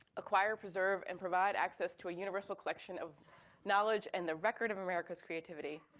acquire, preserve, and provide access to a universal collection of knowledge and the record of america's creativity.